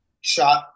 shot